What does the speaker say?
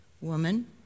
Woman